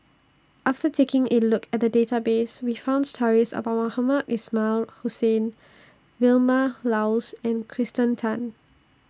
after taking A Look At The Database We found stories about Mohamed Ismail Hussain Vilma Laus and Kirsten Tan